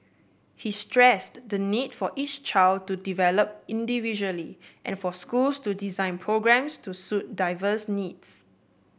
he stressed the need for each child to develop individually and for schools to design programmes to suit diverse needs